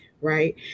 Right